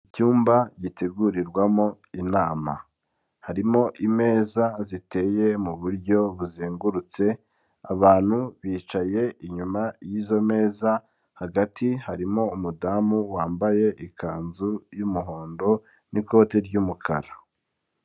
Icyumba gitegurirwamo inama, harimo imeza ziteye mu buryo buzengurutse, abantu bicaye inyuma y'izo meza, hagati harimo umudamu wambaye ikanzu y'umuhondo n'ikoti ry'umukara.